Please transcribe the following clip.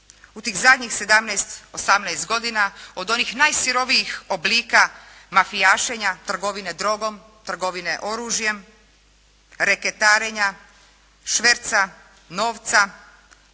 u tih zadnjih 17, 18 godina, od onih najsirovijih oblika mafijašenja, trgovine drogom, trgovine oružjem, reketarenja, šverca novca,